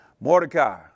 Mordecai